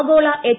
ആഗോള എച്ച്